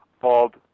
called